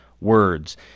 words